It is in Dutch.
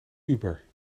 uber